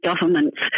governments